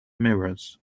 mirrors